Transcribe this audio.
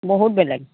বহুত বেলেগ